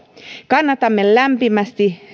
kannatamme lämpimästi